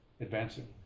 advancing